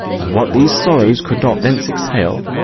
and what these sorrows could not thence exhale,